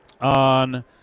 on